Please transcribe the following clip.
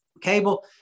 Cable